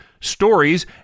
stories